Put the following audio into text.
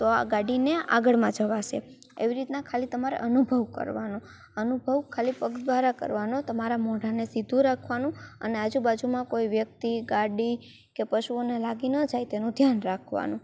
તો આ ગાડીને આગળમાં જવાશે એવી રીતના ખાલી તમારે અનુભવ કરવાનો અનુભવ ખાલી પગ દ્વારા કરવાનો તમારા મોઢાને સીધું રાખવાનું અને આજુબાજુમાં કોઈ વ્યક્તિ ગાડી કે પશુઓને લાગી ન જાય તેનું ધ્યાન રાખવાનું